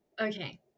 okay